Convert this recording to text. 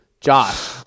Josh